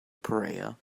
prayer